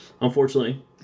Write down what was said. unfortunately